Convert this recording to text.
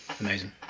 Amazing